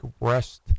rest